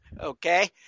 Okay